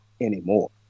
anymore